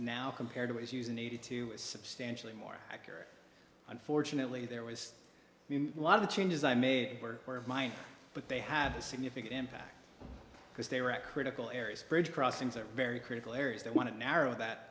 now compared to what is use in eighty two is substantially more accurate unfortunately there was a lot of the changes i made were part of mine but they have a significant impact because they were at critical areas bridge crossings are very critical areas that want to narrow that